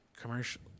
commercial